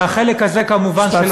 והחלק הזה כמובן לא נקי,